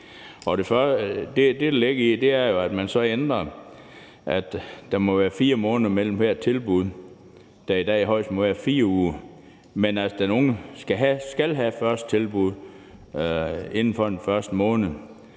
Det, der ligger i det, er jo, at man ændrer det til, at der må være 4 måneder mellem hvert tilbud, hvor der i dag højst må være 4 uger. Men den unge skal have første tilbud inden for den første måned.